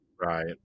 right